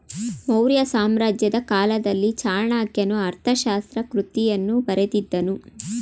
ಮೌರ್ಯ ಸಾಮ್ರಾಜ್ಯದ ಕಾಲದಲ್ಲಿ ಚಾಣಕ್ಯನು ಅರ್ಥಶಾಸ್ತ್ರ ಕೃತಿಯನ್ನು ಬರೆದಿದ್ದನು